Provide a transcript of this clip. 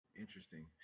Interesting